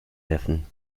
neffen